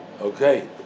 Okay